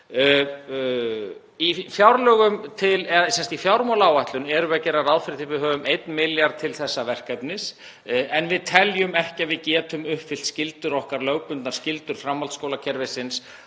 Í fjármálaáætlun gerum við ráð fyrir því að við höfum 1 milljarð til þessa verkefnis en við teljum ekki að við getum uppfyllt skyldur okkar, lögbundnar skyldur framhaldsskólakerfisins,